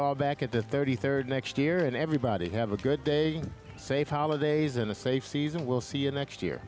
ya back at the thirty third next year and everybody have a good day safe holidays and a safe season we'll see you next year